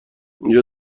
اینجا